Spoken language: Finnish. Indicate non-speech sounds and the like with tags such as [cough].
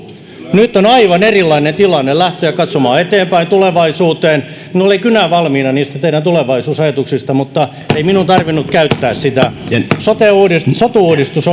nyt on aivan erilainen tilanne lähteä katsomaan eteenpäin tulevaisuuteen minulla oli kynä valmiina niistä teidän tulevaisuusajatuksista mutta ei minun tarvinnut käyttää sitä sotu uudistus [unintelligible]